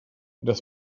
dass